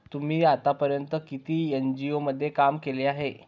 तुम्ही आतापर्यंत किती एन.जी.ओ मध्ये काम केले आहे?